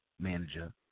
manager